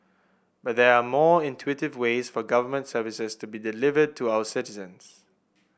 but they are more intuitive ways for government services to be delivered to our citizens